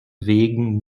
wegen